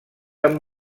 amb